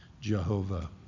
Jehovah